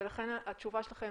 ולכן התשובה שלכם